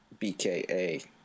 BKA